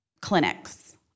clinics